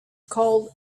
called